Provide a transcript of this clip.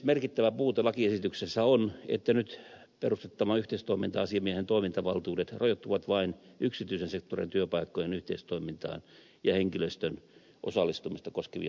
merkittävä puute lakiesityksessä on että nyt perustettavan yhteistoiminta asiamiehen toimintavaltuudet rajoittuvat vain yksityisen sektorin työpaikkojen yhteistoimintaan ja henkilöstön osallistumista koskevien lakien valvontaan